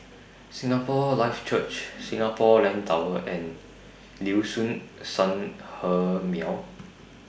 Singapore Life Church Singapore Land Tower and Liuxun Sanhemiao